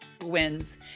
Wins